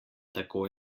tako